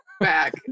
back